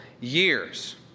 years